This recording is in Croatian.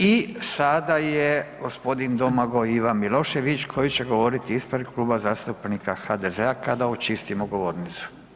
I sada je g. Domagoj Ivan Milošević koji će govoriti ispred Kluba zastupnika HDZ-a kada očistimo govornicu.